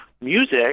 music